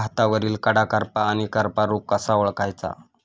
भातावरील कडा करपा आणि करपा रोग कसा ओळखायचा?